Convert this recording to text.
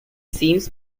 seems